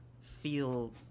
feel